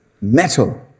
metal